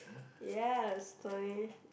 yes to me